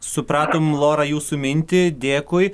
supratom lorą jūsų mintį dėkui